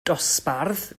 dosbarth